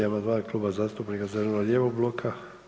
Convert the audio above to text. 86. amandman Kluba zastupnika zeleno-lijevog bloka.